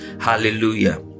Hallelujah